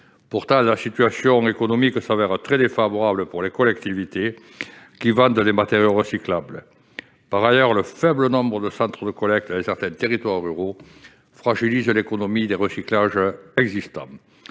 Pourtant, la situation économique se révèle très défavorable aux collectivités qui vendent des matériaux recyclables. Par ailleurs, le faible nombre de centres de collecte dans certains territoires ruraux fragilise l'activité de recyclage des